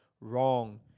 wrong